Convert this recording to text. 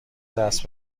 دست